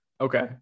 Okay